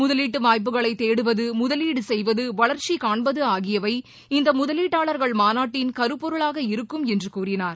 முதலீட்டு வாய்ப்புகளை தேடுவது முதலீடு செய்வது வளர்ச்சி காண்பது ஆகியவை இந்த முதலீட்டாளர்கள் மாநாட்டின் கருப்பொருளாக இருக்கும் என்று கூறினார்